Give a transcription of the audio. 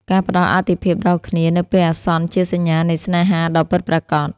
ការផ្តល់អាទិភាពដល់គ្នានៅពេលអាសន្នជាសញ្ញានៃស្នេហាដ៏ពិតប្រាកដ។